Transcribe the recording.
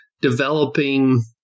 developing